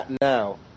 now